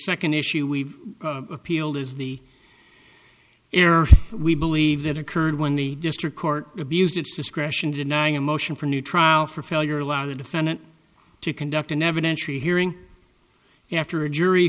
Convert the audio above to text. second issue we've appealed is the error we believe that occurred when the district court abused its discretion denying a motion for new trial for failure allow the defendant to conduct an evidentiary hearing after a jury